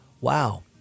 wow